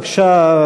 בבקשה,